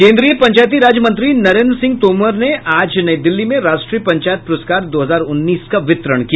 केन्द्रीय पंचायती राज मंत्री नरेन्द्र सिंह तोमर ने आज नई दिल्ली में राष्ट्रीय पंचायत पुरस्कार दो हजार उन्नीस का वितरण किया